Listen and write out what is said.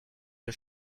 pas